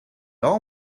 all